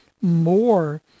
more